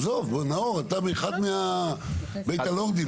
עזוב, נאור, אתה אחד מבית הלורדים פה.